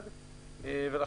כדי להימנע משיוך למושגים האלה,